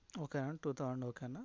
ఓకేనా two thousand ఓకేనా